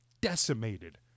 decimated